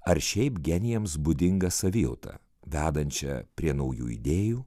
ar šiaip genijams būdinga savijauta vedančia prie naujų idėjų